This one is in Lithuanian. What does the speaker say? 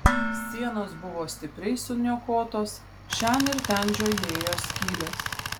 sienos buvo stipriai suniokotos šen ir ten žiojėjo skylės